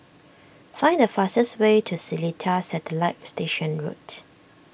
find the fastest way to Seletar Satellite Station Root